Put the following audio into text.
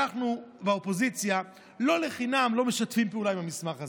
לא לחינם אנחנו באופוזיציה לא משתפים פעולה עם המסמך הזה.